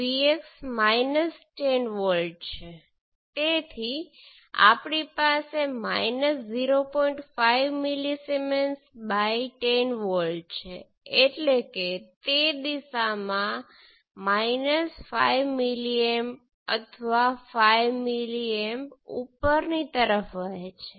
સૌ પ્રથમ V1 આ એક અને તે વોલ્ટેજ ડ્રોપ્સના સરવાળા બરાબર છે જે 1 kilo Ωs × I1 1 kilo Ωs × I1 2 V1 છે